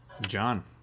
John